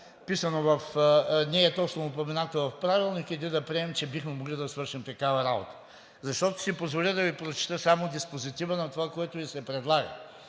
упоменато в Правилника, или да приемем, че бихме могли да свършим такава работа. Защото ще си позволя да Ви прочета само диспозитива на това, което Ви се предлага: